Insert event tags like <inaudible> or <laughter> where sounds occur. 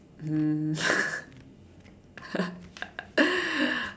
um <laughs>